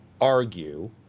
argue